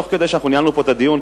תוך כדי שאנחנו ניהלנו פה את הדיון,